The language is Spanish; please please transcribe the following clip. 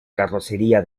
carrocería